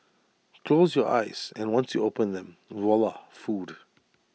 close your eyes and once you open them voila food